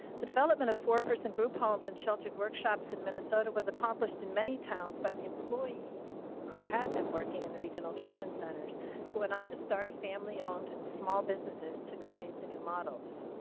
the development of foreperson group homes and sheltered workshops in minnesota was accomplished in many towns by the employees who had been working in the regional treatment centers who went on to start family owned small businesses to create the new models.